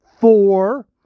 four